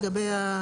לגבי,